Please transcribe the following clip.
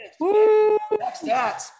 Stats